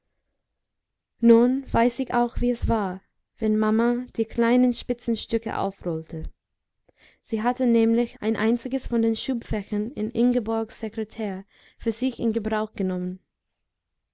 o weiß ich auch wie es war wenn maman die kleinen spitzenstücke aufrollte sie hatte nämlich ein einziges von den schubfächern in ingeborgs sekretär für sich in gebrauch genommen